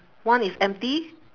one is empty